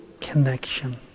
connection